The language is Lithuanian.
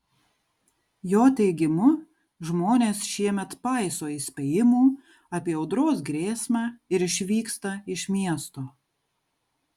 jo teigimu žmonės šiemet paiso įspėjimų apie audros grėsmę ir išvyksta iš miesto